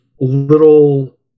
little